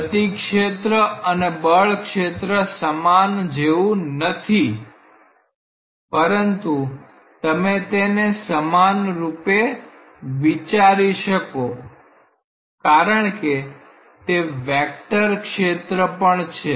ગતિ ક્ષેત્ર અને બળ ક્ષેત્ર સમાન જેવુ નથી પરંતુ તમે તેને સમાનરૂપે વિચારી શકો કારણ કે તે વેક્ટર ક્ષેત્ર પણ છે